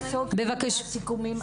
פגים.